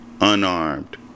unarmed